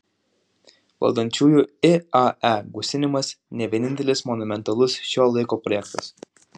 valdančiųjų iae gausinimas ne vienintelis monumentalus šio laiko projektas